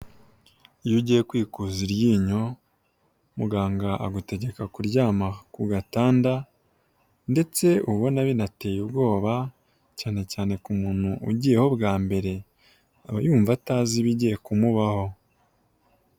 Iyo ugiye kwikuza iryinyo muganga agutegeka kuryama ku gatanda ndetse ubona binateye ubwoba cyane cyane ku muntu ugiyeho bwa mbere aba yumva atazi ibigiye kumubaho.